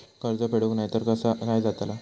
कर्ज फेडूक नाय तर काय जाताला?